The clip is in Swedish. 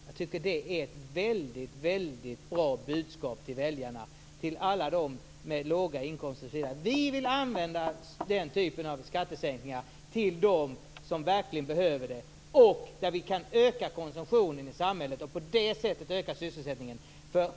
Jag tycker att det är väldigt bra budskap till väljarna, till alla dem med låga inkomster. Vi vill använda den typen av skattesänkningar till dem som verkligen behöver det och för att öka konsumtionen i samhället och på det sättet öka sysselsättningen.